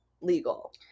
legal